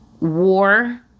war